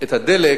את מחיר הדלק